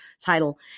title